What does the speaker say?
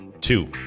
Two